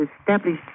established